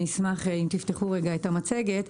אני אשמח אם תפתחו את המצגת.